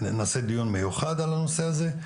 אנחנו נעשה דיון מיוחד על הנושא הזה.